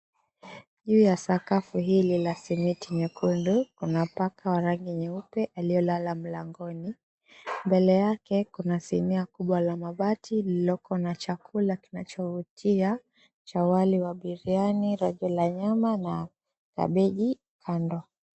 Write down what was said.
Juu ya sakafu hili la simiti nyekundu kuna paka wa rangi nyeupe aliyelala mlangoni. Mbele yake kuna sinia kubwa la mabati lililoko na chakula kinachovutia cha wali wa biriani, rojo la nyama na kabeji kando.